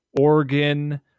Oregon